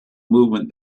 movement